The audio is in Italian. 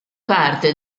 parte